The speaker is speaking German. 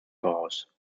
voraus